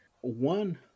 One